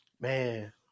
man